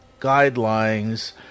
guidelines